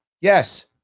Yes